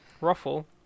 Ruffle